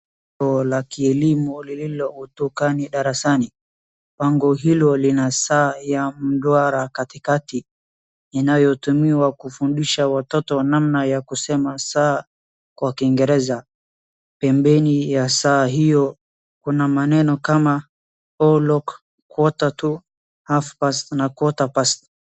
Bango la kielimu ukutani darasani, bango hilo lna saa ya duara katikati inayotumiwa kufundisha watoto wa namna ya kusema saa kwa kiingereza, pembeni ya saa hiyo kuna maneno kama o'clock, quarter to, half past , na quarter past .